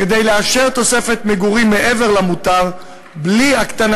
כדי לאפשר תוספת מגורים מעבר למותר בלי הקטנה